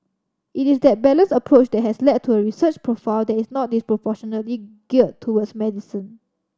it is that balanced approach that has led to a research profile that is not disproportionately geared towards medicine